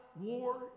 war